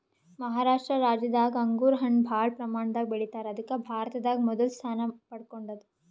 ಮಹಾರಾಷ್ಟ ರಾಜ್ಯದಾಗ್ ಅಂಗೂರ್ ಹಣ್ಣ್ ಭಾಳ್ ಪ್ರಮಾಣದಾಗ್ ಬೆಳಿತಾರ್ ಅದಕ್ಕ್ ಭಾರತದಾಗ್ ಮೊದಲ್ ಸ್ಥಾನ ಪಡ್ಕೊಂಡದ್